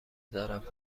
دارد